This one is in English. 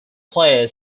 play